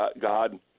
God